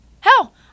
hell